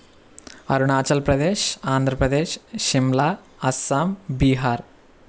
Arunachal Pradesh Andhra Pradesh Shimla Assam Bihar